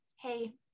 hey